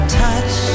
touch